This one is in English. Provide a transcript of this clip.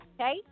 Okay